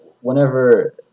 Whenever